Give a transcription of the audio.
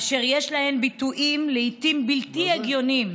אשר יש להן לעיתים ביטויים בלתי הגיוניים